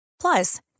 Plus